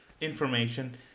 information